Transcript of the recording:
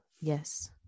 yes